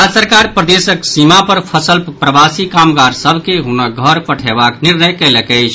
राज्य सरकार प्रदेशक सीमा पर फंसल प्रवासी कामगार सभ के हुनक घर पठयबाक निर्णय कयलक अछि